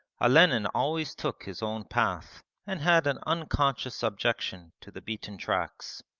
olenin always took his own path and had an unconscious objection to the beaten tracks.